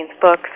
books